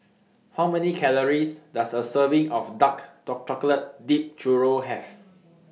How Many Calories Does A Serving of Dark Chocolate Dipped Churro Have